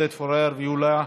עודד פורר ויוליה.